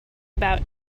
about